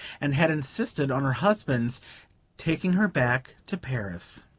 and had insisted on her husband's taking her back to paris.